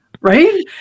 Right